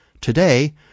Today